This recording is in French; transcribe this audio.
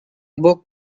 beau